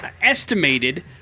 estimated